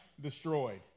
destroyed